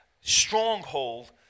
stronghold